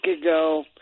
ago